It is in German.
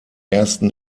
ersten